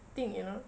thing you know